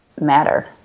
matter